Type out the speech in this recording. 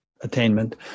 attainment